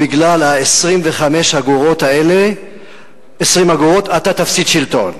בגלל ה-20 אגורות האלה אתה תפסיד שלטון.